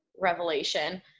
revelation